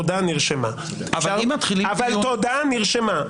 תודה, נרשמה.